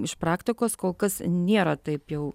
iš praktikos kol kas nėra taip jau